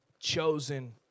chosen